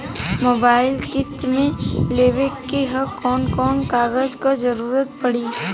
Mobile किस्त मे लेवे के ह कवन कवन कागज क जरुरत पड़ी?